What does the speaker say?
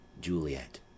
Juliet